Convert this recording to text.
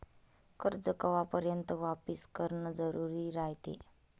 कर्ज कवापर्यंत वापिस करन जरुरी रायते?